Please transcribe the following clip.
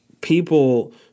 people